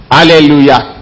Hallelujah